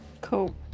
Cool